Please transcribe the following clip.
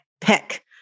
pick